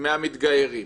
של המתגיירים,